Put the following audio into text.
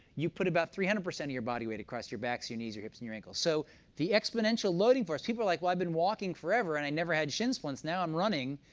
you put about three hundred percent of your body weight across your backs, your knees, your hips, and your ankles. so the exponential loading for us, people are like, well, i've been walking forever, and i never had shin splints. now i'm running,